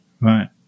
Right